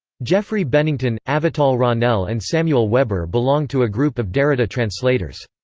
geoffrey bennington, avital ronell and samuel weber belong to a group of derrida translators.